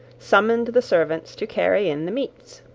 summoned the servants to carry in the meats.